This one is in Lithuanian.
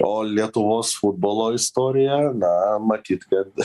o lietuvos futbolo istorija na matyt kad